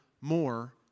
more